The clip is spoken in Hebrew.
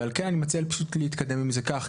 ועל כן אני מציע פשוט להתקדם עם זה כך,